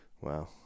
Wow